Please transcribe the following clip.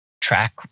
track